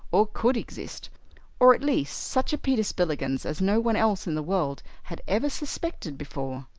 or could exist or at least such a peter spillikins as no one else in the world had ever suspected before.